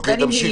אוקיי, תמשיכי.